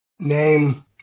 Name